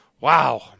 Wow